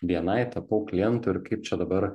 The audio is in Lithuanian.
bni tapau klientu ir kaip čia dabar